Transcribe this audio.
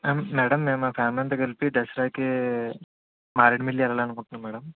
madam మేము మా family అంతా కలిపి దసరాకి మారేడుమిల్లి వెళ్ళాలనుకుంటున్నాం మ్యాడం